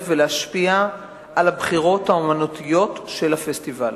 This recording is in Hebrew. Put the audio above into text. ולהשפיע על הבחירות האמנותיות של הפסטיבל.